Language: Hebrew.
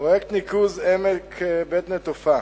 פרויקט ניקוז עמק בית-נטופה: